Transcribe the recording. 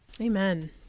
Amen